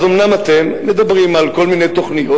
אז אומנם אתם מדברים על כל מיני תוכניות,